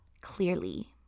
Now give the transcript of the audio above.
Clearly